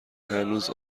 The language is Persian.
هنوز